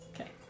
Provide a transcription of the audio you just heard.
Okay